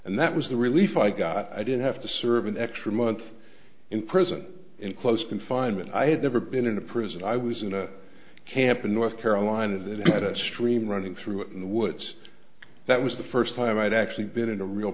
and that was the relief i got i didn't have to serve an extra month in prison in close confinement i had never been in a prison i was in a camp in north carolina that had a stream running through the woods that was the first time i had actually been in a real